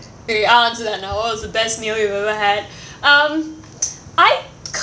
eh answer that now what was the best meal you've ever had um I